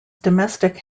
domestic